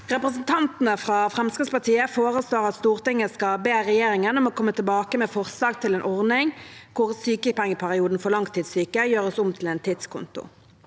Represen- tantene fra Fremskrittspartiet foreslår at Stortinget skal be regjeringen om å komme tilbake med forslag til en ordning hvor sykepengeperioden for langtidssyke gjøres om til en tidskonto.